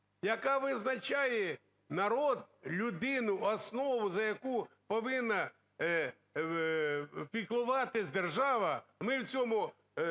яка визначає народ, людину, основу, за яку повинна піклуватися держава, ми в цьому